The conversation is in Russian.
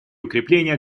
укрепления